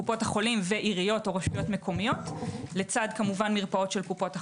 קופות החולים ועיריות או רשויות מקומיות לצד מרפאות של קופות החולים.